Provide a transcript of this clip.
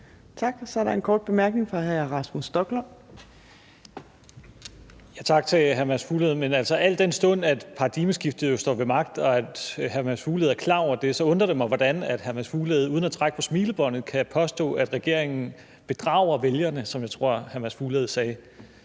Tak. Så er der en kort bemærkning fra hr. Rasmus Stoklund. Kl. 14:36 Rasmus Stoklund (S): Tak til hr. Mads Fuglede. Al den stund at paradigmeskiftet står ved magt og hr. Mads Fuglede er klar over det, undrer det mig, hvordan hr. Mads Fuglede uden at trække på smilebåndet kan påstå, at regeringen bedrager vælgere, som jeg tror hr. Mads Fuglede sagde.